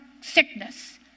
sickness